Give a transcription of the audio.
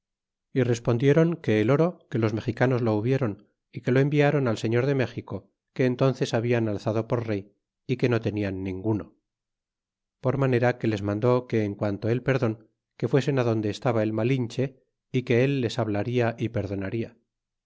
y respondiéron que el oro que los mexicanos lo hubiéron y que lo enviáron al señor de méxico que entonces hablan alzado por rey y que no tenian ninguno por manera que les mandó que en quanto el perdon que fuesen adonde estaba el malinche é que él les hablarla é perdonarla